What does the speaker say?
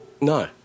No